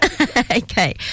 Okay